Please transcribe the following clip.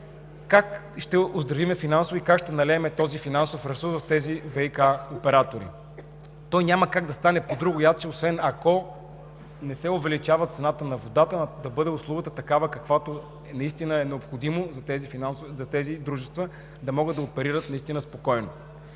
как ще оздравим финансово и как ще налеем този финансов ресурс в тези ВиК оператори? Няма как да стане по друг начин, освен ако не се увеличава цената на водата, за да бъде услугата такава, каквато наистина е необходима за тези дружества – да могат да оперират спокойно.